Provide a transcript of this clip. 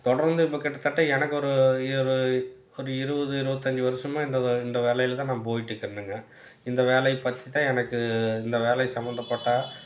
தொடர்ந்து இப்போ கிட்டத்தட்ட எனக்கு ஒரு இரு ஒரு இருபது இருபத்தஞ்சி வருடமா இந்த வ இந்த வேலையில்தான் நான் போயிட்டு இருக்கிறேனுங்க இந்த வேலையை பற்றிதான் எனக்கு இந்த வேலை சம்மந்தப்பட்ட